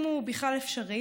אם הוא בכלל אפשרי.